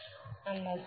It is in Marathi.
बाय